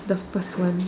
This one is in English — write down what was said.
the first one